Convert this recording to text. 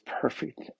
perfect